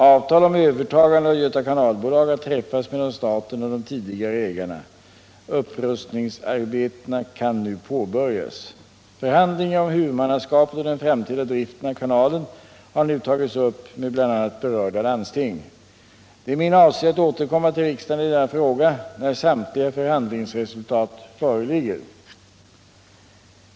Avtal om övertagande av Göta kanalbolag har träffats mellan staten och de tidigare ägarna. Upprustningsarbetena kan nu påbörjas. Förhandlingar om huvudmannaskapet och den framtida driften av kanalen har nu tagits upp med bl.a. berörda landsting. Det är min avsikt att återkomma till riksdagen i denna fråga när samtliga förhandlingsresultat föreligger.